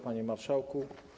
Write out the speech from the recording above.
Panie Marszałku!